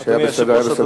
מה שהיה בסדר, היה בסדר.